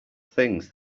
things